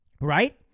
right